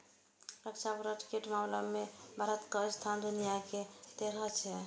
रक्षा बजट केर मामला मे भारतक स्थान दुनिया मे तेसर छै